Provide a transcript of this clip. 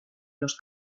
los